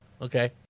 Okay